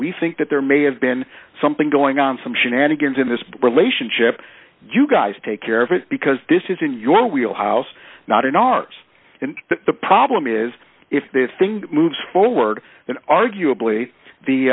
we think that there may have been something going on some shenanigans in this relationship you guys take care of because this is in your wheel house not in ours and the problem is if they think moves forward and arguably the